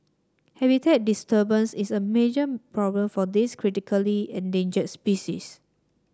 habitat disturbance is a major problem for this critically endangered species